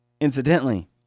Incidentally